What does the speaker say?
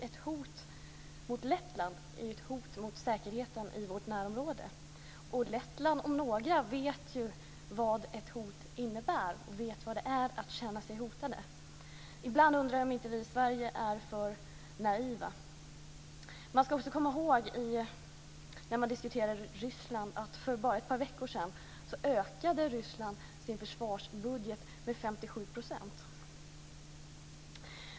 Ett hot mot Lettland är ett hot mot säkerheten i vårt närområde, och letterna om några vet ju vad ett hot innebär. De vet vad det är att känna sig hotade. Ibland undrar jag om inte vi i Sverige är för naiva. Man ska när man diskuterar Ryssland också komma ihåg att Ryssland bara för ett par veckor sedan ökade sin försvarsbudget med 57 %.